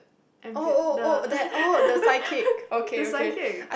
the the psychic